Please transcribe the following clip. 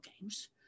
games